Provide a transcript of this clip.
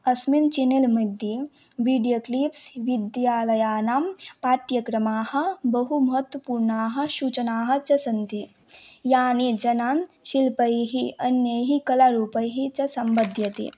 अस्मिन् चेनेल्मध्ये विडियोक्लिप्स् विद्यालयानां पाठ्यक्रमाः बहुमहत्वपूर्णाः सूचनाः च सन्ति यानि जनान् शिल्पैः अन्यैः कलारूपैः च सम्बद्ध्यति